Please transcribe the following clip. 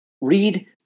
Read